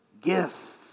gift